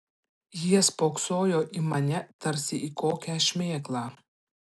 jie spoksojo į mane tarsi į kokią šmėklą